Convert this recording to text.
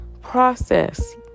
process